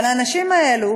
אבל האנשים האלה